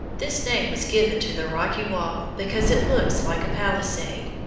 this name was given to the rocky wall because it looks like a palisade,